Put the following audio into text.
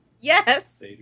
Yes